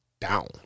down